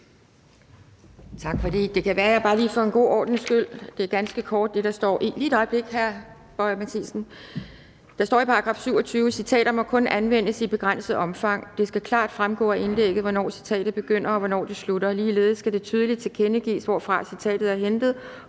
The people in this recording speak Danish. Det kan være, at jeg bare lige for god ordens skyld skal sige, at der i § 27 står: »Citater må kun anvendes i begrænset omfang. Det skal klart fremgå af indlægget, hvornår citatet begynder, og hvornår det slutter. Ligeledes skal det tydeligt tilkendegives, hvorfra citatet er hentet,